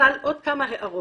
אבל, עוד כמה הערות.